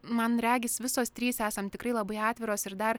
man regis visos trys esam tikrai labai atviros ir dar